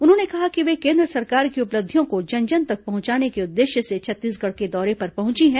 उन्होंने कहा कि वे केन्द्र सरकार की उपलब्धियों को जन जन तक पहुंचाने के उदेश्य से छत्तीसगढ़ के दौरे पर पहुंची है